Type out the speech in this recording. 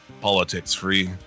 politics-free